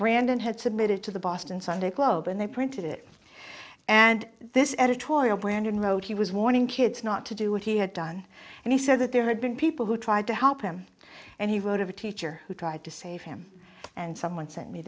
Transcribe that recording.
brandon had submitted to the boston sunday globe and they printed it and this editorial when wrote he was warning kids not to do what he had done and he said that there had been people who tried to help him and he wrote of a teacher who tried to save him and someone sent me